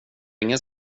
ingen